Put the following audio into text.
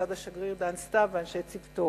מצד השגריר דן סתיו ואנשי צוותו.